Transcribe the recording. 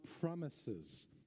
promises